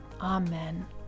Amen